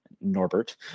Norbert